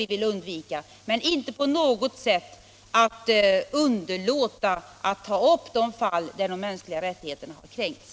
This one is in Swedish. Vi vill dock inte på något sätt underlåta att ta upp de fall där de mänskliga rättigheterna har kränkts.